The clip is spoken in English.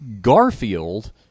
garfield